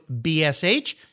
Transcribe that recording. BSH